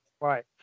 Right